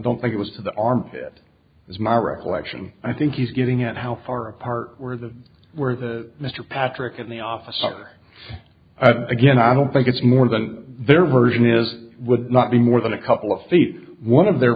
don't think it was the armpit as my recollection i think he's getting it how far apart were the mr patrick and the officer again i don't think it's more than their version is would not be more than a couple of feet one of their